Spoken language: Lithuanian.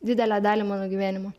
didelę dalį mano gyvenimo